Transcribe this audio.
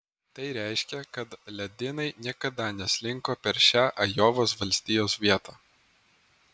tai reiškia kad ledynai niekada neslinko per šią ajovos valstijos vietą